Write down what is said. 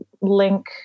link